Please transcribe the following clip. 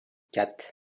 quatre